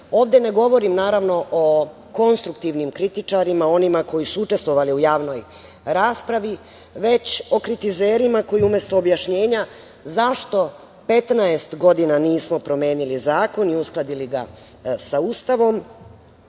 ne govorim, naravno o konstruktivnim kritičarima, onima koji su učestvovali u javnoj raspravi, već o kritizerima koji umesto objašnjenja zašto 15 godina nismo promenili zakon i uskladili ga sa Ustavom,